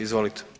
Izvolite.